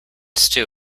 stu